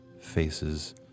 face's